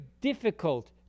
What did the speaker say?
difficult